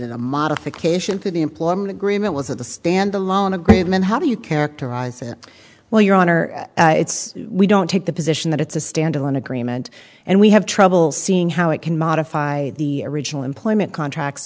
in a modification to the employment agreement was that a stand alone agreement how do you characterize it well your honor it's we don't take the position that it's a standalone agreement and we have trouble seeing how it can modify the original employment contracts